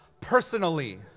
personally